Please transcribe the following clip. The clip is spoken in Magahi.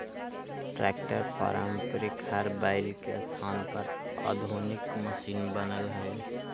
ट्रैक्टर पारम्परिक हर बैल के स्थान पर आधुनिक मशिन बनल हई